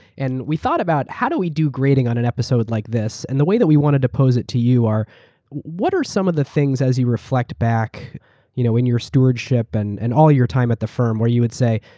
and we thought about how do we do grading on an episode like this. and the way that want to to pose it to you are what are some of the things, as you reflect back you know in in your stewardship and and all your time at the firm where you would say,